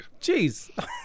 Jeez